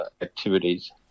activities